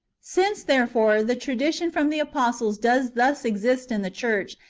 since, therefore, the tradition from the apostles does thus exist in the church,